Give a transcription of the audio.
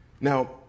Now